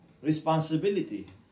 Responsibility